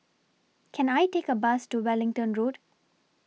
Can I Take A Bus to Wellington Road